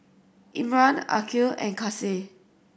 Imran Aqil and Kasih